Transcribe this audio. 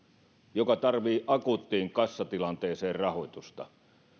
joka tarvitsee akuuttiin kassatilanteeseen rahoitusta